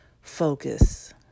focus